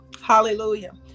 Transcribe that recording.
Hallelujah